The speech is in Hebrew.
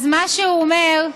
אז מה שהוא אומר,